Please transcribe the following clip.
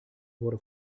wurde